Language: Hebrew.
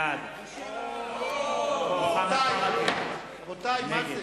בעד אוהו, רבותי, מה זה?